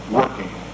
working